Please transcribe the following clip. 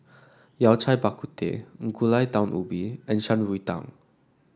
Yao Cai Bak Kut Teh Gulai Daun Ubi and Shan Rui Tang